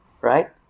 right